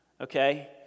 okay